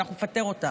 אנחנו נפטר אותך,